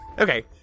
Okay